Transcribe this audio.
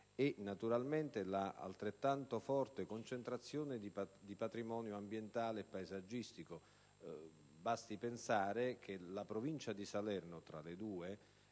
e, naturalmente, l'altrettanto forte concentrazione di patrimonio ambientale e paesaggistico. Basti pensare che la Provincia di Salerno, tra le due,